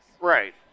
Right